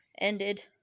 ended